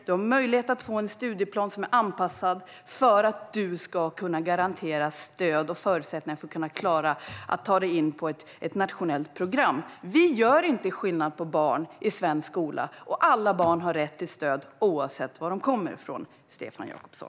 Du har möjlighet att få en studieplan som är anpassad för att du ska kunna garanteras stöd och förutsättningar för att kunna klara att ta dig in på ett nationellt program. Vi gör inte skillnad på barn i svensk skola. Alla barn har rätt till stöd, oavsett var de kommer ifrån, Stefan Jakobsson.